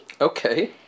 Okay